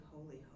holy